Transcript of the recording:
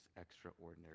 extraordinary